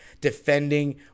defending